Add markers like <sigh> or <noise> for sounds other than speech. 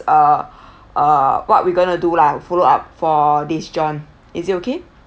uh <breath> uh what we're going to do lah follow up for this john is it okay